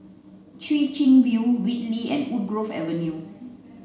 Chwee Chian View Whitley and Woodgrove Avenue